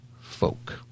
folk